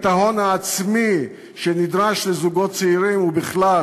ההון העצמי שנדרש לזוגות צעירים ובכלל